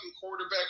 quarterback